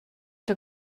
que